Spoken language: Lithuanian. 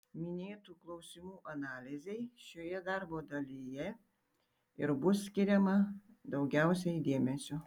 minėtų klausimų analizei šioje darbo dalyje ir bus skiriama daugiausiai dėmesio